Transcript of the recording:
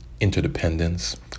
interdependence